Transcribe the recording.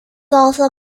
also